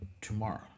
tomorrow